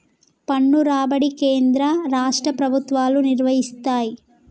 పన్ను రాబడి కేంద్ర రాష్ట్ర ప్రభుత్వాలు నిర్వయిస్తయ్